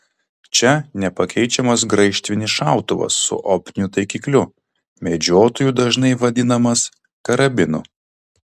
čia nepakeičiamas graižtvinis šautuvas su optiniu taikikliu medžiotojų dažnai vadinamas karabinu